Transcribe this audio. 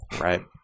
right